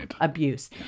abuse